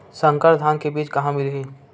संकर धान के बीज कहां मिलही?